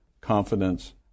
confidence